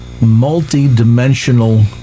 multidimensional